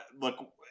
Look